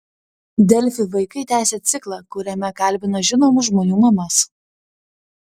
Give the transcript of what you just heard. delfi vaikai tęsia ciklą kuriame kalbina žinomų žmonių mamas